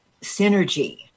synergy